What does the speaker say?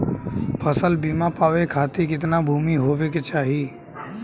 फ़सल बीमा पावे खाती कितना भूमि होवे के चाही?